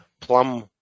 plum